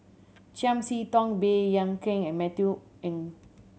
Chiam See Tong Baey Yam Keng and Matthew N